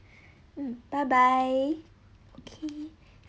um bye bye okay